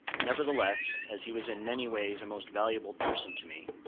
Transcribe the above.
nevertheless, as he was in many ways a most valuable person to me,